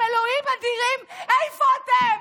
אלוהים אדירים, איפה אתם?